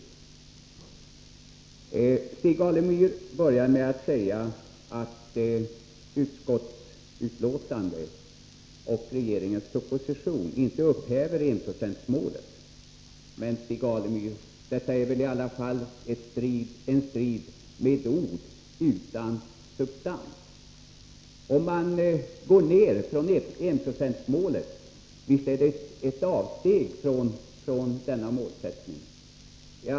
Stig Alemyr började med att säga att utskottsbetänkande och regeringsproposition inte upphäver enprocentsmålet. Det är väl, Stig Alemyr, en strid med ord utan substans. Visst är det ett avsteg från denna målsättning om man går ned från enprocentsmålet.